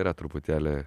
yra truputėlį